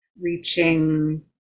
reaching